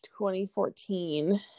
2014